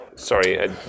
Sorry